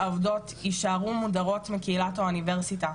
העובדות יישארו מודרות מקהילת האוניברסיטה.